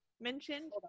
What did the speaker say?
mentioned